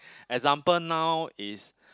example now is